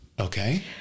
Okay